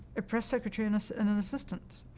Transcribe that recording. a press secretary and so and an assistant,